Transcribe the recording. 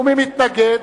או מי מתנגד?